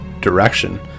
direction